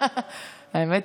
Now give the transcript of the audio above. רמקולים ומוזיקה, אנשים יירגעו.